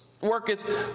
worketh